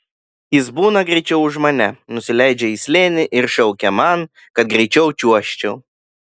jis būna greičiau už mane nusileidžia į slėnį ir šaukia man kad greičiau čiuožčiau